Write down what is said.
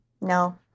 No